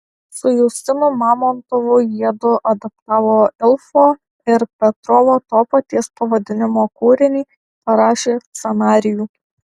su justinu mamontovu jiedu adaptavo ilfo ir petrovo to paties pavadinimo kūrinį parašė scenarijų